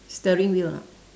steering wheel or not